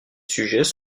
sujets